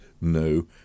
no